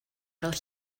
fel